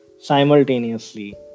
simultaneously